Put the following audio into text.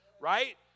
Right